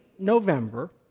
November